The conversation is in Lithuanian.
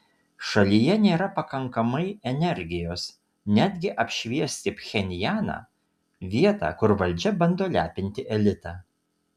šalyje nėra pakankamai energijos netgi apšviesti pchenjaną vietą kur valdžia bando lepinti elitą